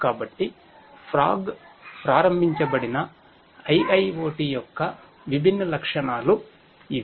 కాబట్టి ఫాగ్ ప్రారంభించబడిన IIoT యొక్క విభిన్న లక్షణాలు ఇవి